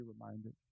reminded